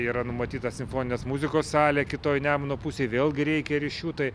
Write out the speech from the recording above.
yra numatyta simfoninės muzikos salė kitoj nemuno pusėj vėlgi reikia ryšių tai